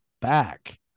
back